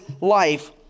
life